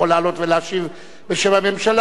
יכול לעלות ולהשיב בשם הממשלה,